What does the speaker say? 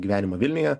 gyvenimą vilniuje